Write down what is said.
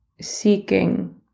seeking